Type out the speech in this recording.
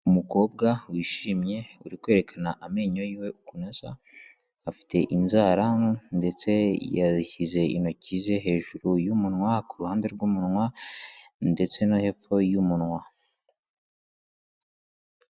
Umukobwa wishimye uri kwerekana amenyo yiwe ukuntu asa, afite inzara ndetse yashyize intoki ze hejuru y'umunwa, ku ruhande rw'umunwa ndetse no hepfo y'umunwa.